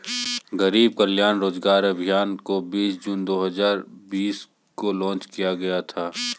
गरीब कल्याण रोजगार अभियान को बीस जून दो हजार बीस को लान्च किया गया था